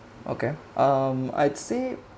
okay um I'd say